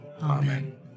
Amen